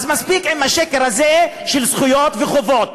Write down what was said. אז מספיק עם השקר הזה של זכויות וחובות.